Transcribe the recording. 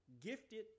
Gifted